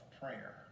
prayer